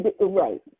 Right